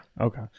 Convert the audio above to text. Okay